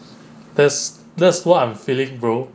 that's that's what I'm feeling bro